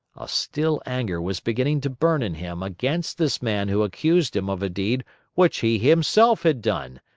a still anger was beginning to burn in him against this man who accused him of a deed which he himself had done,